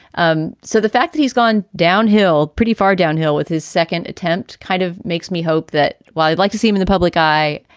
um so the fact that he's gone downhill pretty far downhill with his second attempt kind of makes me hope that while i'd like to see him in the public eye,